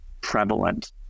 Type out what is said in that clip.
prevalent